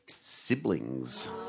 siblings